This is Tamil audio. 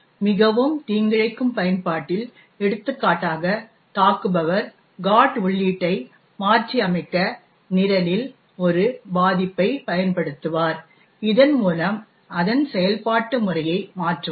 மிகவும் தீங்கிழைக்கும் பயன்பாட்டில் எடுத்துக்காட்டாக தாக்குபவர் GOT உள்ளீட்டை மாற்றியமைக்க நிரலில் ஒரு பாதிப்பைப் பயன்படுத்துவார் இதன் மூலம் அதன் செயல்பாட்டு முறையை மாற்றுவார்